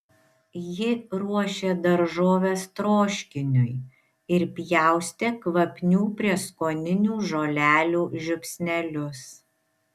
ji ruošė daržoves troškiniui ir pjaustė kvapnių prieskoninių žolelių žiupsnelius